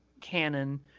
canon